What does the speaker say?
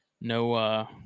no